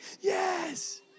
Yes